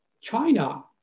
China